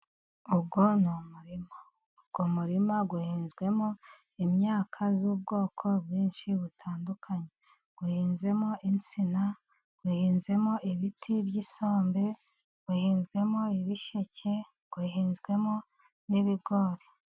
Uwo ni umurima, uwo murima uhinzwemo imyaka, y'ubwoko bwinshi butandukanye, uhinzemo insina, uhinzemo ibiti by'isombe, uhinzwemo ibisheke, uhinzwemo n'ibigori.